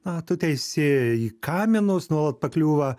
na tu teisi į kaminus nuolat pakliūva